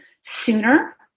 sooner